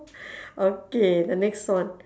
okay the next one